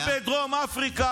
אנחנו לא דרום אפריקה.